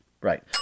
Right